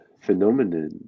phenomenon